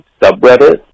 subreddit